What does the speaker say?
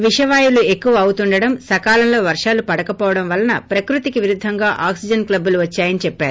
విష వాయువులు ఎక్కువ అవుతుండటం సకాలంలో వర్గాలు పడకవోవడం వలన ప్రకృతికి విరుద్ధంగా ఆక్సిజెస్ క్లబ్బులు వచ్చాయిని చెప్పారు